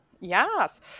Yes